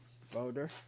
folder